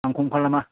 आं खम खालामा